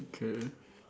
okay